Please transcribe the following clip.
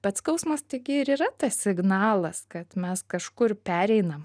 bet skausmas taigi ir yra tas signalas kad mes kažkur pereinam